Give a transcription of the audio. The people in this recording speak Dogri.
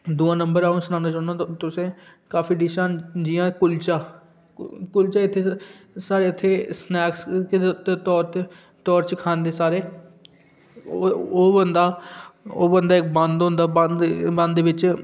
दुआ नंबर अ'ऊं सनांदा रौह्न्ना तुसें ई काफी डिशां न जियां कुलचा कुलचे इत्थै ते साढ़े इत्थै स्नैक्स दे तौर च तौर च खंदे सारे ओह् ओह् होंदा ओह् होंदे इक बंद होदा बंद बंद बिच